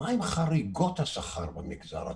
מה עם חריגות השכר במגזר הציבורי?